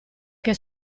che